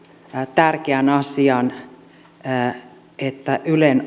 tärkeän asian ylen